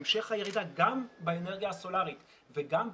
המשך הירידה גם באנרגיה הסולרית וגם באגירה,